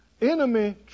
enemy